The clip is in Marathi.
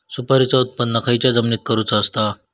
सुपारीचा उत्त्पन खयच्या जमिनीत करूचा असता?